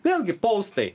vėlgi poustai